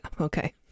okay